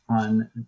on